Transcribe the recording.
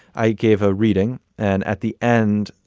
i gave a reading. and at the end,